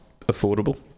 affordable